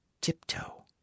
tiptoe